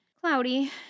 Cloudy